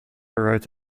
wrote